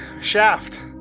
Shaft